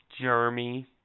Jeremy